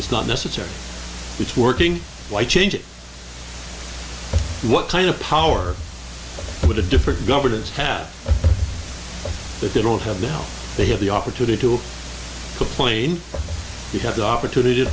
it's not necessary it's working why change it what kind of power would have different governments have that they don't have now they have the opportunity to complain you have the opportunity to